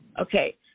Okay